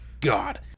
God